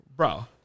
Bro